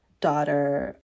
daughter